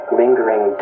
lingering